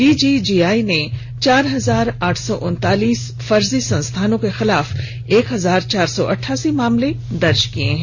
DGGI ने चार हजार आठ सौ उनतालीस फर्जी संस्थाओं के खिलाफ एक हजार चार सौ अठासी मामले दर्ज किए हैं